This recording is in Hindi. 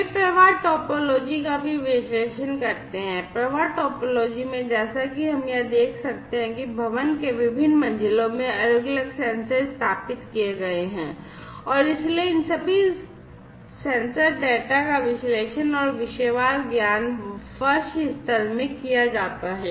वे प्रवाह टोपोलॉजी का भी विश्लेषण करते हैं प्रवाह टोपोलॉजी में जैसा कि हम यहां देख सकते हैं कि भवन के विभिन्न मंजिलों में अलग अलग सेंसर स्थापित किए गए हैं और इसलिए इन सभी सेंसर डेटा का विश्लेषण और विषयवार ज्ञान फर्श स्तर में किया जाता है